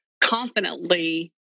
confidently